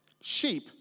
Sheep